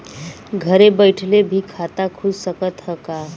घरे बइठले भी खाता खुल सकत ह का?